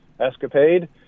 escapade